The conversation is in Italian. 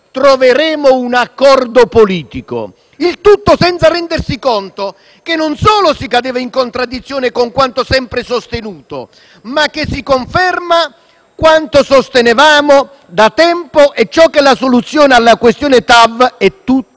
«Troveremo un accordo politico»; il tutto senza rendersi conto che non solo si cadeva in contraddizione con quanto sempre sostenuto, ma che si conferma quanto sostenevamo da tempo e cioè che la soluzione alla questione TAV è tutta politica.